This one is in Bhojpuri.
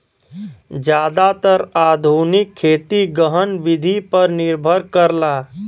जादातर आधुनिक खेती गहन विधि पर निर्भर करला